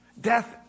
Death